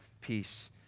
peace